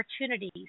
opportunities